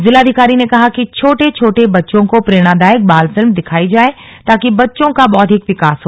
जिलाधिकारी ने कहा कि छोटे छोटे बच्चों को प्रेरणादायक बाल फिल्म दिखाई जाए ताकि बच्चों का बौद्धिक विकास हो